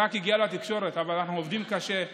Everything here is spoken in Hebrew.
רק זה הגיע לתקשורת, אבל אנחנו עובדים קשה.